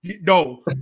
no